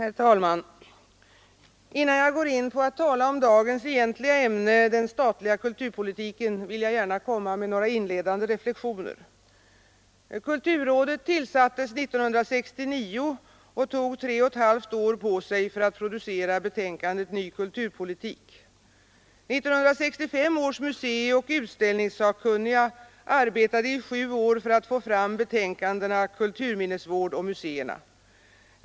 Herr talman! Innan jag går in på att tala om dagens egentliga ämne, den statliga kulturpolitiken, vill jag gärna komma med några inledande reflexioner. Kulturrådet tillsattes 1969 och tog tre och ett halvt år på sig för att producera betänkandet Ny kulturpolitik. 1965 års museioch utställningssakkunniga arbetade i sju år för att få fram betänkandena Kulturminnesvård och Museerna.